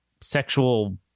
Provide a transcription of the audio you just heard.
sexual